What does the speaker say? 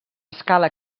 escala